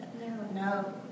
No